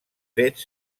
fets